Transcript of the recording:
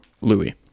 Louis